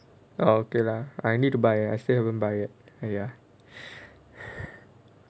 orh okay lah I need to buy I still haven't buy yet ah ya